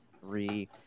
three